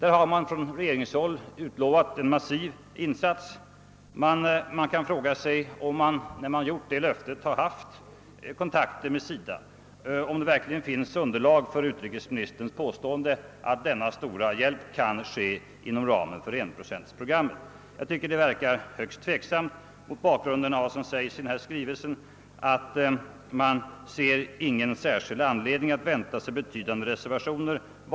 Från regeringshåll har. i detta fall utlovats en »massiv» insats. Man kan fråga sig om regeringen då den givit detta löfte haft sådana kontakter. med SIDA så att det finns, underlag för utrikesministerns påstående att .denna stora hjälp skall kunna klaras inom ramen för enprocentsprogrammet? :. Jag tycker det verkar högst tveksamt mot bakgrunden av vad som sägs i skrivelsen, nämligen att man »ser ingen särskild anledning att vänta sig betydande reservationer till.